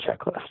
checklist